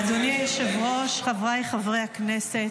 אדוני היושב-ראש, חבריי חברי הכנסת,